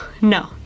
No